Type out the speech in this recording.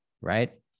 right